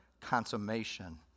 consummation